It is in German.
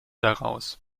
daraus